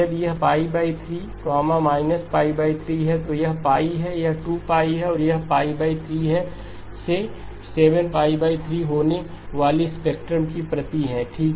यदि यह 3 −π 3 है तो यह π है यह 2 π है और यह 5 π 3 से 7 π 3 होने वाले स्पेक्ट्रम की प्रति है ठीक